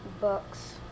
books